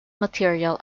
material